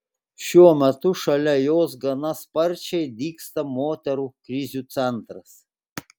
šiuo metu šalia jos gana sparčiai dygsta moterų krizių centras